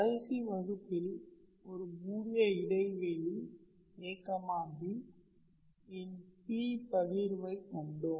கடைசி வகுப்பில் ஒரு மூடிய இடைவெளி ab இன் P பகிர்வை கண்டோம்